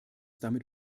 damit